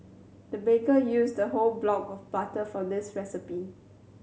the baker used a whole block of butter for this recipe